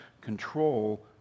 control